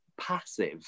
passive